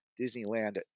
Disneyland